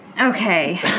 Okay